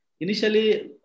Initially